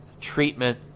treatment